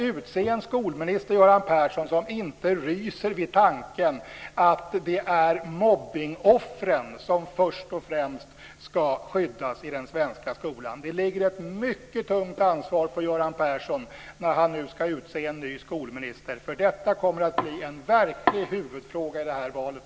Utse en skolminister, Göran Persson, som inte ryser vid tanken på att det först och främst är mobbningsoffren som ska skyddas i den svenska skolan. Det ligger ett mycket tungt ansvar på Göran Persson när han nu ska utse en ny skolminister. Detta kommer att bli en verklig huvudfråga i det här valet.